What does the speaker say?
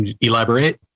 Elaborate